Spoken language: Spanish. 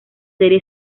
serie